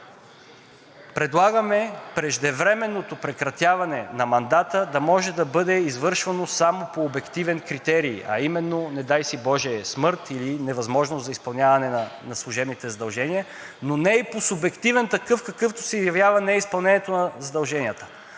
Предлагаме преждевременното прекратяване на мандата да може да бъде извършвано само по обективен критерии, а именно, не дай си боже, смърт или невъзможност за изпълняване на служебните задължения, но не и по субективен такъв, какъвто се явява неизпълнението на задълженията.